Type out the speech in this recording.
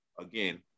Again